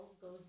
goes